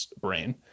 brain